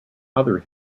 other